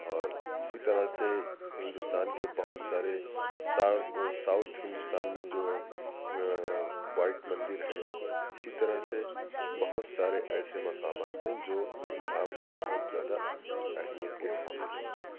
اور اسی طرح سے ہندوستان کے بہت سارے ساؤتھ ہندوستان میں جو ہے وائٹ مندر ہے اسی طرح سے بہت سارے ایسے مقامات ہیں جو اپنے آپ میں بہت زیادہ اہمیت کے حامل ہیں